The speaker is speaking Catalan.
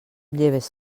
lleves